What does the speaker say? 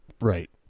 Right